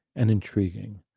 and intriguing.